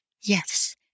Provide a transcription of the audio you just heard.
Yes